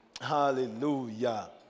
Hallelujah